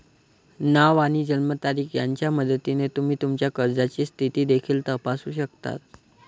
नाव आणि जन्मतारीख यांच्या मदतीने तुम्ही तुमच्या कर्जाची स्थिती देखील तपासू शकता